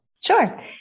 Sure